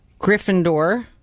Gryffindor